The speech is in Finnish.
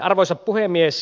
arvoisa puhemies